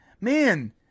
man